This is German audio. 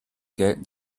gelten